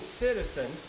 citizen